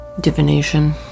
divination